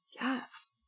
Yes